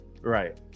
right